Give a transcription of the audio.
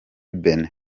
benin